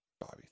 Bobby